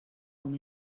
com